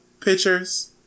pictures